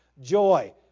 joy